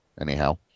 anyhow